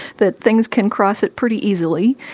that things can cross it pretty easily,